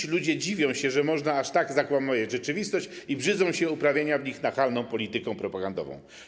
Dziś ludzie dziwią się, że można aż tak zakłamywać rzeczywistość, i brzydzą się uprawianiem w nich nachalnej polityki propagandowej.